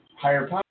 higher